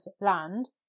land